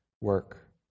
work